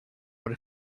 what